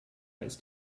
ist